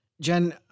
Jen